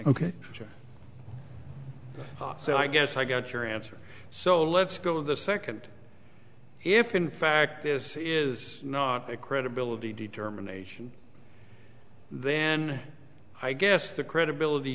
ok so i guess i got your answer so let's go to the second if in fact this is a credibility determination then i guess the credibility